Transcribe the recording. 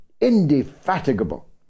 indefatigable